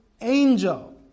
angel